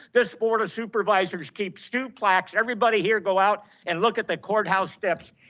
this board of supervisors keeps two plaques. everybody here, go out and look at the courthouse steps.